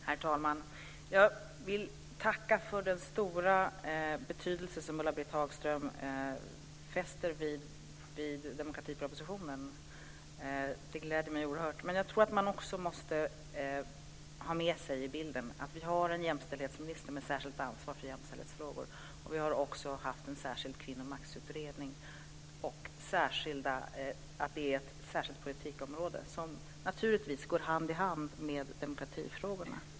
Herr talman! Jag vill tacka för att Ulla-Britt Hagström fäster så stor betydelse vid demokratipropositionen. Det gläder mig oerhört. Men jag tror att man också måste ha med i bilden att vi har en minister med särskilt ansvar för jämställdhetsfrågor och att vi också har haft en särskild kvinnomaktsutredning. Detta är ett särskilt politikområde, som naturligtvis går hand i hand med demokratifrågorna.